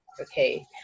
Okay